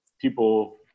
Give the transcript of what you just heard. people